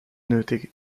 nötig